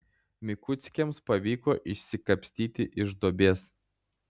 mikuckiams pavyko išsikapstyti iš duobės